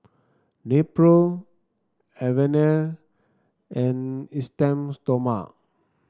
Nepro Avene and Esteem Stoma